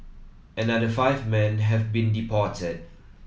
another five men have been deported